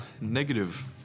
negative